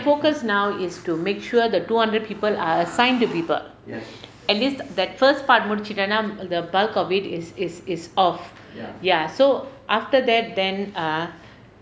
focus now is to make sure the two hundred people are assigned to people at least that first part முடிச்சுட்டேன்னா:mudichuttaennaa the bulk of it is is is off ya so after that then err